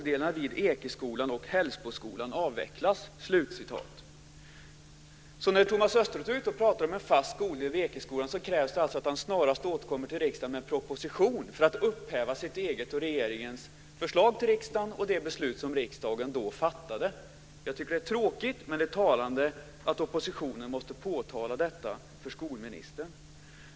Där står det: När Thomas Östros är ute och talar om en fast skoldel vid Ekeskolan krävs det alltså att han snarast återkommer till riksdagen med en proposition för att upphäva sitt eget och regeringens förslag till riksdagen och det beslut som riksdagen då fattade. Jag tycker att det är tråkigt, men det är talande att oppositionen måste påtala detta för skolministern.